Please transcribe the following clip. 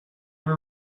were